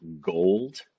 gold